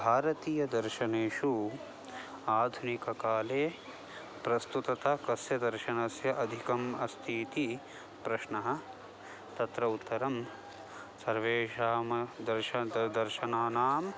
भारतीयदर्शनेषु आधुनिककाले प्रस्तुतता कस्य दर्शनस्य अधिकम् अस्ति इति प्रश्नः तत्र उत्तरं सर्वेषां दर्श दर्शनानाम्